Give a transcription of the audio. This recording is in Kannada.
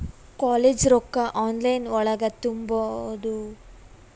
ಕಾಲೇಜ್ ರೊಕ್ಕ ಆನ್ಲೈನ್ ಒಳಗ ತುಂಬುದು?